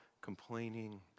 complaining